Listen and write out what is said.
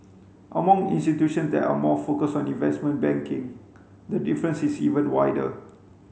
among institutions that are more focused on investment banking the difference is even wider